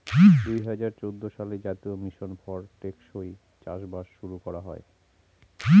দুই হাজার চৌদ্দ সালে জাতীয় মিশন ফর টেকসই চাষবাস শুরু করা হয়